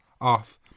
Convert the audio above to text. off